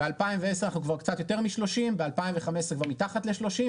ב-2010 אנחנו כבר קצת יותר מ-30% וב-2015 כבר מתחת ל-30,